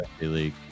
league